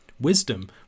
Wisdom